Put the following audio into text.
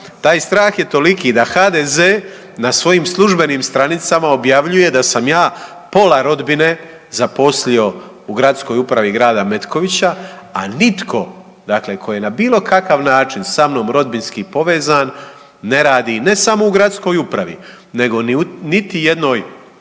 taj strah je toliki da HDZ na svojim službenim stranicama objavljuje da sam ja pola rodbine zaposlio u Gradskoj upravi Grada Metkovića, a nitko dakle ko je na bilo kakav način sa mnom rodbinski povezan ne radi ne samo u gradskoj upravi nego u niti jednoj